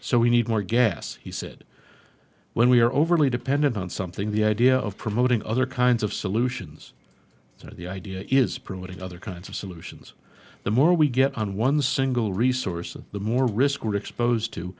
so we need more gas he said when we are overly dependent on something the idea of promoting other kinds of solutions and the idea is promoting other kinds of solutions the more we get on one single resource and the more risk we're exposed to